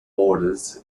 borders